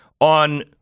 on